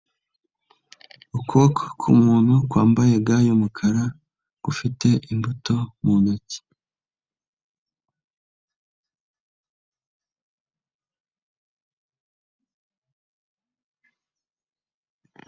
Ukuboko k'umuntu kwambaye ga y'umukara gufite imbuto mu ntoki.